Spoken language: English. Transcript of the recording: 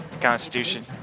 Constitution